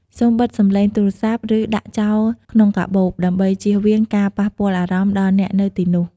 សូមបិទសំឡេងទូរស័ព្ទ ឬដាក់ចោលក្នុងកាបូប ដើម្បីជៀសវាងការប៉ះពាល់់អារម្មណ៍ដល់អ្នកនៅទីនោះ។